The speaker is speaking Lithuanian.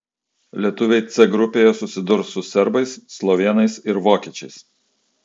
lietuviai c grupėje susidurs su serbais slovėnais ir vokiečiais